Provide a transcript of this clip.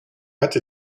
hatte